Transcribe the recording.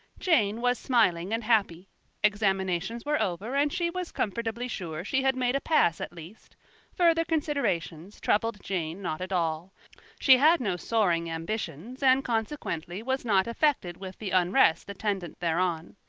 jane was smiling and happy examinations were over and she was comfortably sure she had made a pass at least further considerations troubled jane not at all she had no soaring ambitions and consequently was not affected with the unrest attendant thereon.